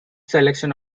selection